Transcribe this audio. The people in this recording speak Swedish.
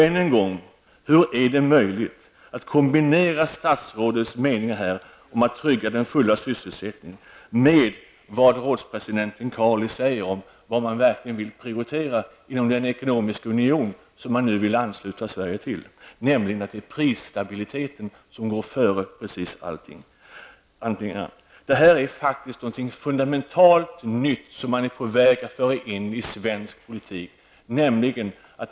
Än en gång: Hur är det möjligt att kombinera det statsrådet här säger om att trygga den fulla sysselsättningen med vad rådspresidenten Carli säger om vad man verkligen vill prioritera inom den ekonomiska union som man nu vill ansluta Sverige till -- nämligen att prisstabiliteten går före precis allting? Detta är någonting fundamentalt nytt som man är på väg att föra in i svensk politik.